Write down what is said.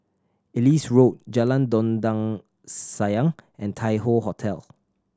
Ellis Road Jalan Dondang Sayang and Tai Hoe Hotel